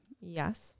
Yes